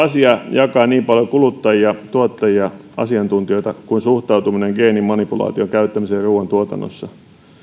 jakaa niin paljon kuluttajia tuottajia ja asiantuntijoita kuin suhtautuminen geenimanipulaation käyttämiseen ruoantuotannossa